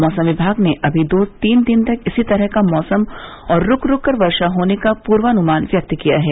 मौसम विभाग ने अभी दो तीन दिन तक इसी तरह का मौसम और रूक रूक का वर्षा होने का पूर्वानुमान व्यक्त किया है